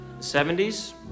70s